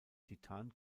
titan